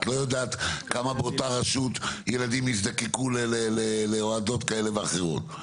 את לא יודעת כמה באותה רשות ילדים יזדקקו להורדות כאלה ואחרות.